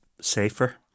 safer